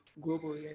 globally